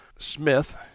Smith